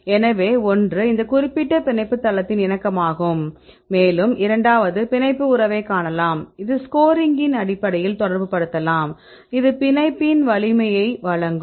எனவே ஒன்று இந்த குறிப்பிட்ட பிணைப்பு தளத்தின் இணக்கமாகும் மேலும் இரண்டாவது பிணைப்பு உறவை காணலாம் ஒரு ஸ்கோரிங்கின் அடிப்படையில் தொடர்புபடுத்தலாம் இது பிணைப்பின் வலிமையை வழங்கும்